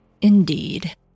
indeed